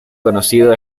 conocido